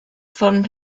von